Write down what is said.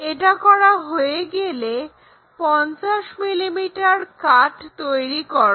এটা করা হয়ে গেলে 50 mm কাট তৈরি করো